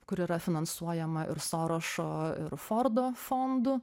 kur yra finansuojama ir sorošo ir fordo fondu